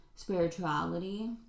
spirituality